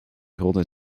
grote